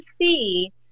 see